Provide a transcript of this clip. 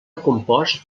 compost